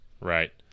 Right